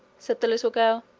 said the little girl.